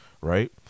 right